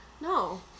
No